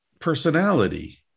personality